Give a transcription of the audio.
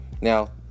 Now